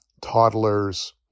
toddlers